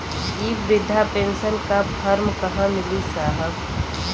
इ बृधा पेनसन का फर्म कहाँ मिली साहब?